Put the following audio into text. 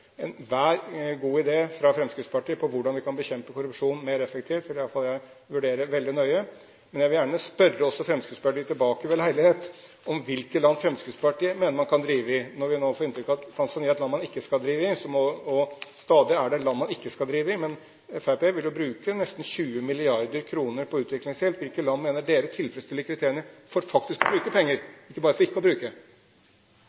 Enhver god idé fra Fremskrittspartiet om hvordan man kan bekjempe korrupsjon mer effektivt, vil iallfall jeg vurdere veldig nøye. Men jeg vil også spørre Fremskrittspartiet tilbake, ved leilighet, om hvilke land Fremskrittspartiet mener man kan drive i. Man får nå inntrykk av at Tanzania er et land man ikke skal drive i, og at det stadig er land man ikke skal drive i. Fremskrittspartiet vil jo bruke nesten 20 mrd. kr på utviklingshjelp. Hvilke land mener de tilfredsstiller kriteriene for faktisk å bruke penger,